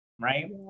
right